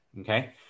okay